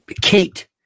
Kate